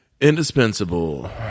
Indispensable